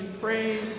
praise